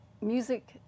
music